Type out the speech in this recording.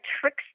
tricks